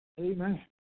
Amen